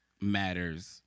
matters